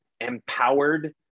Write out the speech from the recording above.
empowered